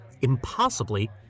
impossibly